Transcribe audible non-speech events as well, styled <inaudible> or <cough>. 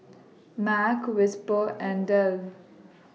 <noise> Mac Whisper and Dell